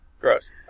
Gross